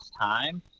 time